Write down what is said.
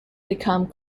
become